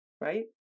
right